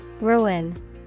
Ruin